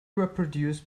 reproduce